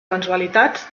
mensualitats